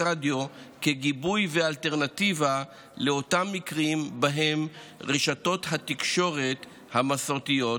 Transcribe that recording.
רדיו כגיבוי ואלטרנטיבה לאותם מקרים שבהם רשתות התקשורת המסורתיות,